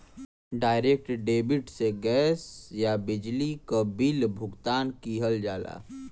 direct debit से gas या बिजली क बिल भुगतान किहल जाला